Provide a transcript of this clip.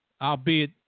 albeit